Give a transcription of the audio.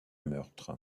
meurtre